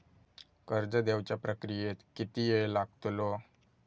कर्ज देवच्या प्रक्रियेत किती येळ लागतलो?